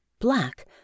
black